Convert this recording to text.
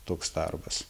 toks darbas